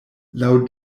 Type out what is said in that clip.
laŭ